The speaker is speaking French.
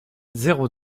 zéro